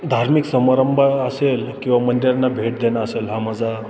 धार्मिक समारंभ असेल किंवा मंदिरांना भेट देणं असेल हा माझा